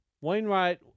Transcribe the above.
Wainwright